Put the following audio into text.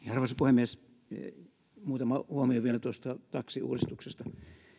arvoisa puhemies muutama huomio vielä tuosta taksiuudistuksesta